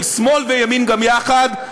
של שמאל וימין גם יחד,